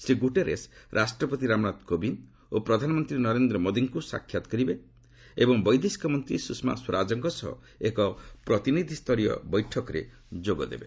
Shri Guterres ରାଷ୍ଟ୍ରପତି ରାମନାଥ କୋବିନ୍ଦ ଓ ପ୍ରଧାନମନ୍ତ୍ରୀ ନରେନ୍ଦ୍ର ମୋଦିଙ୍କୁ ସାକ୍ଷାତ କରିବେ ଏବଂ ବୈଦେଶିକ ମନ୍ତ୍ରୀ ସୁଷମା ସ୍ୱରାଜଙ୍କ ସହ ଏକ ପ୍ରତିନିଧି ସ୍ତରୀୟ ବୈଠକରେ ଯୋଗ ଦେବେ